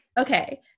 Okay